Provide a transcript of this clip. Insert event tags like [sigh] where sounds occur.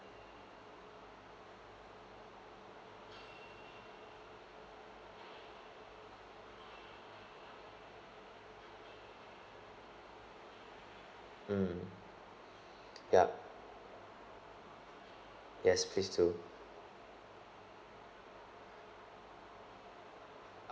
mm [breath] yup yes please do